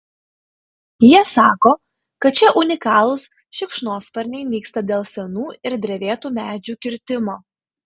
jie sako kad šie unikalūs šikšnosparniai nyksta dėl senų ir drevėtų medžių kirtimo